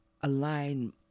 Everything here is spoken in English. align